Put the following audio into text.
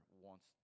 wants